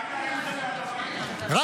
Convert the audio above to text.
סוף סוף למדתי משהו.